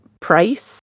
price